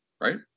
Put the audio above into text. Right